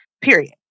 period